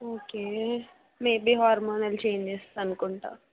okay maybe hormonal changes అనుకుంటా